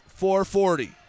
440